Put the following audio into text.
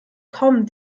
kaum